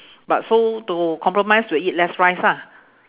but so to compromise we'll eat less rice ah